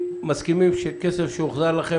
מסכימים שכסף שהוחזר לכם,